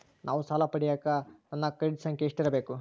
ನಾನು ಸಾಲ ಪಡಿಯಕ ನನ್ನ ಕ್ರೆಡಿಟ್ ಸಂಖ್ಯೆ ಎಷ್ಟಿರಬೇಕು?